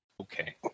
Okay